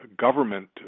government